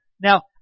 Now